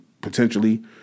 potentially